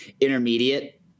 intermediate